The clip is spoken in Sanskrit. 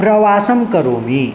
प्रवासं करोमि